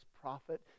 prophet